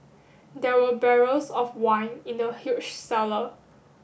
there were barrels of wine in the huge cellar